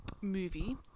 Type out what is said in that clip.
movie